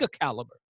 caliber